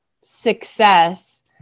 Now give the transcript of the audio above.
success